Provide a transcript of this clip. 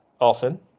often